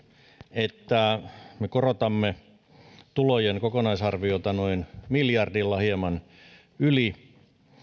että me korotamme tulojen kokonaisarviota noin miljardilla hieman yli